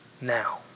now